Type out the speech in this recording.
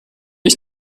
ich